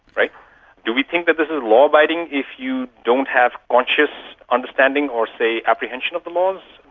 do we think that this is law-abiding if you don't have conscious understanding or, say, apprehension of the laws?